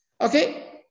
Okay